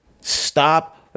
Stop